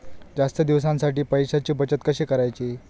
जास्त दिवसांसाठी पैशांची बचत कशी करायची?